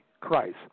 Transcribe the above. Christ